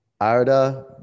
Arda